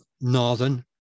Northern